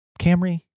Camry